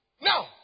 Now